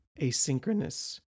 asynchronous